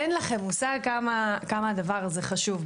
אין לכם מושג כמה הדבר הזה חשוב.